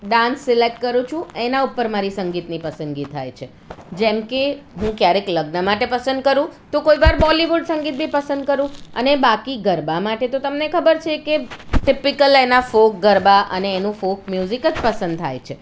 dance select કરું છું એના ઉપર મારી સંગીતની પસંદગી થાય છે જેમ કે હું ક્યારેક લગ્ન માટે પસંદ કરું તો કોઈ વાર બૉલિવુડ સંગીત બી પસંદ કરું અને બાકી ગરબા માટે તો તમને ખબર છે કે ટીપીકલ એના ફોક ગરબા અને એનું ફોક મ્યુઝિક જ પસંદ થાય છે